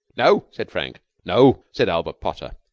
no, said frank. no, said albert potter.